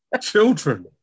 Children